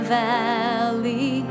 valley